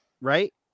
right